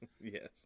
Yes